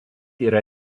yra